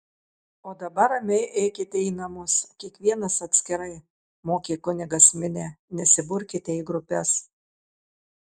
o dabar ramiai eikite į namus kiekvienas atskirai mokė kunigas minią nesiburkite į grupes